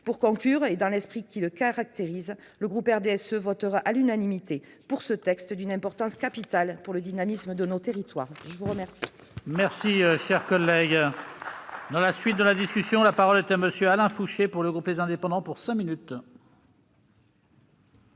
localement. Dans l'esprit qui le caractérise, le groupe du RDSE votera à l'unanimité pour ce texte d'une importance capitale pour le dynamisme de nos territoires. La parole